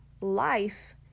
life